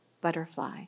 butterfly